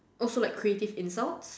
oh so like creative insults